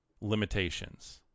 limitations